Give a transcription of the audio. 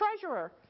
treasurer